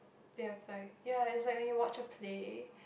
they have like ya its like when you watch a play